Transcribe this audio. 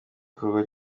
gikorwa